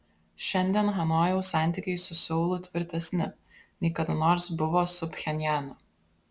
šiandien hanojaus santykiai su seulu tvirtesni nei kada nors buvo su pchenjanu